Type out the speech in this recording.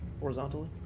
Horizontally